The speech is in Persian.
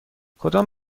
کدام